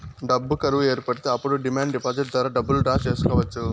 డబ్బు కరువు ఏర్పడితే అప్పుడు డిమాండ్ డిపాజిట్ ద్వారా డబ్బులు డ్రా చేసుకోవచ్చు